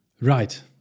Right